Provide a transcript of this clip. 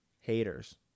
Haters